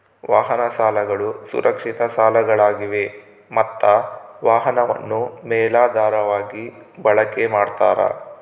ವಾಹನ ಸಾಲಗಳು ಸುರಕ್ಷಿತ ಸಾಲಗಳಾಗಿವೆ ಮತ್ತ ವಾಹನವನ್ನು ಮೇಲಾಧಾರವಾಗಿ ಬಳಕೆ ಮಾಡ್ತಾರ